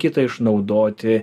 kitą išnaudoti